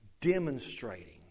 demonstrating